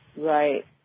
Right